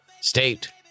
state